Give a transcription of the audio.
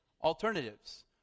alternatives